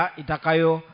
itakayo